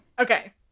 Okay